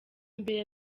mbere